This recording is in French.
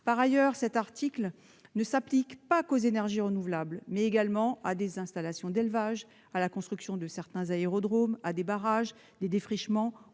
Par ailleurs, cet article s'applique non seulement aux énergies renouvelables, mais également à des installations d'élevage, à la construction de certains aérodromes, à des barrages, des défrichements